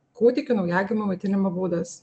kūdikių naujagimių maitinimo būdas